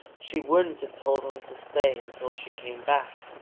she wouldn't have told him to stay until she came back,